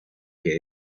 que